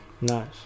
Nice